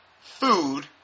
food